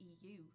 EU